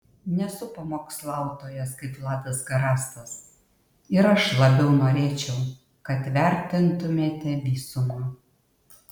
nesu pamokslautojas kaip vladas garastas ir aš labiau norėčiau kad vertintumėte visumą